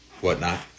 whatnot